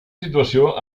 situació